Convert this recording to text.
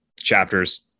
chapters